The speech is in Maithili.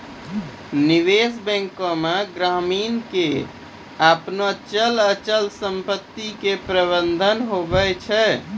निबेश बेंक मे ग्रामीण के आपनो चल अचल समपत्ती के प्रबंधन हुवै छै